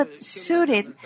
suited